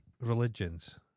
religions